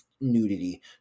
nudity